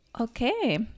Okay